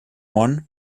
one